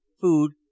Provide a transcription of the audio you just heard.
food